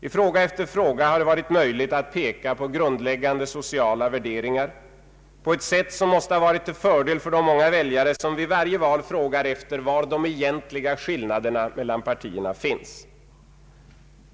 I fråga efter fråga har det varit möjligt att peka på grundläggande sociala värderingar på ett sätt som måste ha varit till fördel för de många väljare som vid varje val frågar efter var de egentliga skillnaderna mellan partierna finns.